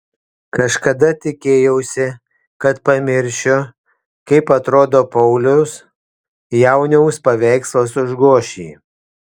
kažkada tikėjausi kad pamiršiu kaip atrodo paulius jauniaus paveikslas užgoš jį